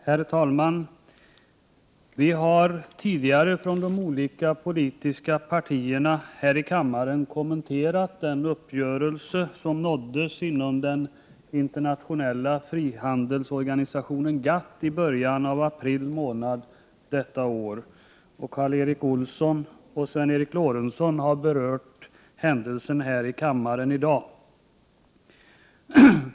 Herr talman! Vi har tidigare från de olika politiska partierna här i kammaren kommenterat den uppgörelse som nåddes inom den internationella frihandelsorganisationen GATT i början av april månad i år. Karl Erik Olsson och Sven Eric Lorentzon har berört händelsen i kammaren i dag.